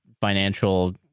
financial